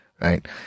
right